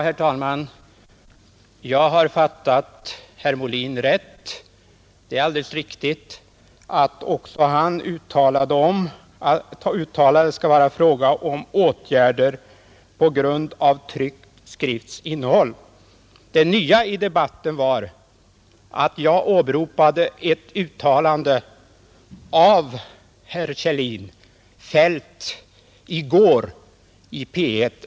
Fru talman! Jag har fattat herr Molin rätt. Det är alldeles riktigt att också han uttalade att det skall vara fråga om åtgärder på grund av tryckt skrifts innehåll. Det nya i debatten var att jag åberopade ett uttalande av herr Kjellin, fällt den 19 maj i P 1.